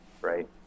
right